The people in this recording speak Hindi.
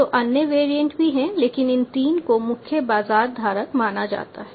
तो अन्य वेरिएंट भी हैं लेकिन इन 3 को मुख्य बाजार धारक माना जा सकता है